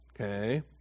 okay